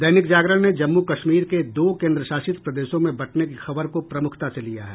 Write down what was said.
दैनिक जागरण ने जम्मू कश्मीर के दो केन्द्रशासित प्रदेशों में बंटने की खबर को प्रमुखता से लिया है